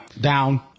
Down